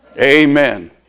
Amen